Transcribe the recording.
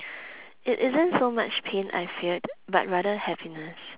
it isn't so much pain I feared but rather happiness